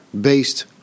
based